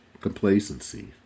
complacency